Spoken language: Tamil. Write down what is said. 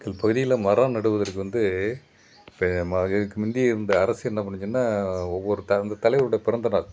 எங்கள் பகுதியில் மரம் நடுவதற்கு வந்து இப்போ இதுக்கு முந்தி இருந்த அரசு என்ன பண்ணுச்சின்னால் ஒவ்வொரு த அந்த தலைவருடைய பிறந்தநாள்